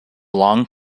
long